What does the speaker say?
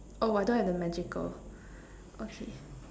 oh I don't have the magical oh